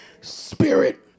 spirit